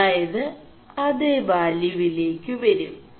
അതായത് അേത വാലçgവിേല ് വരും